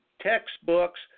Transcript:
textbooks